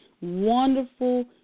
wonderful